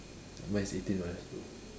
mine's eighteen minus two